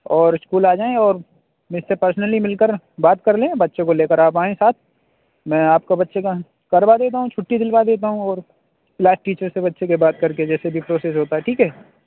اور اسکول آ جائیں اور مجھ سے پرسنلی مل کر بات کر لیں بچوں کو لے آپ آئیں ساتھ میں آپ کا بچے کا کروا دیتا ہوں چھٹّی دلوا دیتا ہوں اور کلاس ٹیچر سے بچوں کے بات کر کے جیسے بھی پروسیز ہوتا ہے ٹھیک ہے